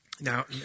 Now